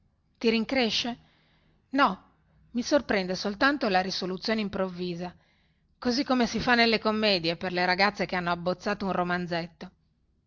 ti rincresce no mi sorprende soltanto la risoluzione improvvisa così come si fa nelle commedie per le ragazze che hanno abbozzato un romanzetto